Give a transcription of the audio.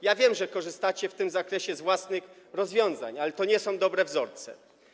Ja wiem, że korzystacie w tym zakresie z własnych rozwiązań, ale to nie są dobre wzorce.